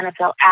NFL